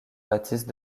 baptiste